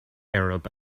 arab